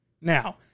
Now